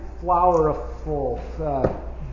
flowerful